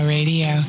Radio